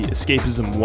Escapism